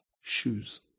shoes